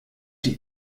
die